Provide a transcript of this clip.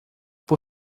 por